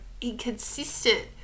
inconsistent